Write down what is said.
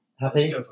Happy